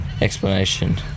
explanation